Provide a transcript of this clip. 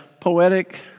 poetic